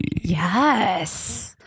Yes